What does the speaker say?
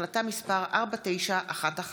החלטה מס' 4911,